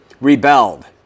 rebelled